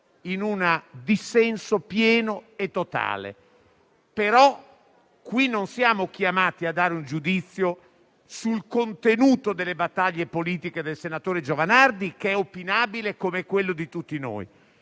in un dissenso pieno e totale. In questo caso, però, non siamo chiamati a dare un giudizio sul contenuto delle battaglie politiche del senatore Giovanardi, che è opinabile come quello di tutti noi;